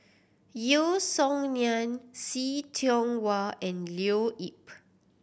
Yeo Song Nian See Tiong Wah and Leo Yip